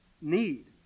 need